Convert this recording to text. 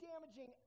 damaging